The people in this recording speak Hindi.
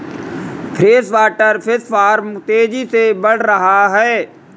फ्रेशवाटर फिश फार्म तेजी से बढ़ रहा है